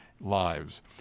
lives